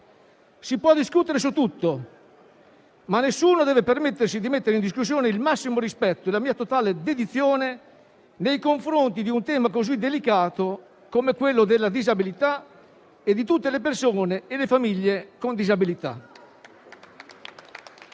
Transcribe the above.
Si può discutere su tutto, ma nessuno deve permettersi di mettere in discussione il massimo rispetto e la mia totale dedizione nei confronti di un tema così delicato come quello della disabilità e di tutte le persone e le famiglie con disabilità.